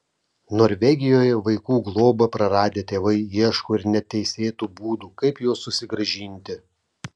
norvegijoje vaikų globą praradę tėvai ieško ir neteisėtų būdų kaip juos susigrąžinti